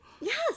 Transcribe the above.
Yes